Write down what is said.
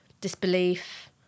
disbelief